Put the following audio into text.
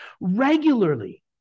Regularly